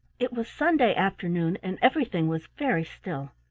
it was sunday afternoon, and everything was very still.